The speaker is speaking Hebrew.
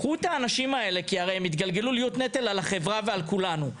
האנשים האלה הרי יתגלגלו להיות נטל על החברה ועל כולנו.